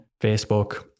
Facebook